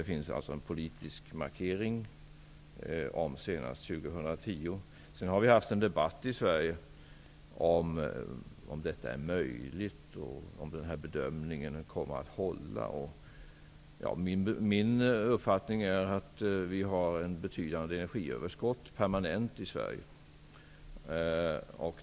Det finns alltså en politisk markering när det gäller avveckling senast 2010. Det har förts en debatt i Sverige om huruvida denna avveckling är möjlig och huruvida bedömningen kommer att hålla. Min uppfattning är att vi har ett betydande, permanent energiöverskott i Sverige.